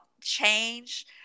change